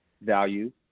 value